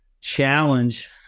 challenge